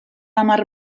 hamar